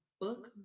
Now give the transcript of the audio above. book